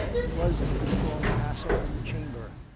he was of the strong castle and the chamber,